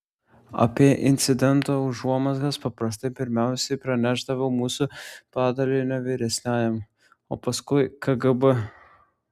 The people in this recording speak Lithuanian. apie incidento užuomazgas paprastai pirmiausiai pranešdavo mūsų padalinio vyresniajam o paskui kgb